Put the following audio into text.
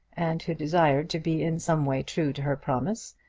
and who desired to be in some way true to her promise,